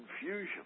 confusion